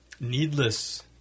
needless